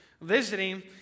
visiting